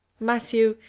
matthew,